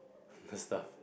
stuff